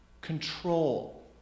control